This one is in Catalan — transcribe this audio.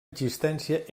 existència